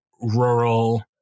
rural